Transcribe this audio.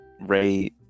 Ray